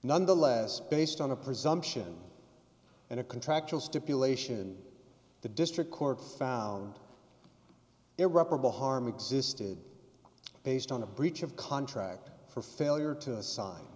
nonetheless based on a presumption and a contractual stipulation the district court found irreparable harm existed based on a breach of contract for failure to assign